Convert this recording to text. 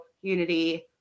Unity